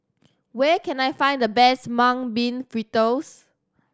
where can I find the best Mung Bean Fritters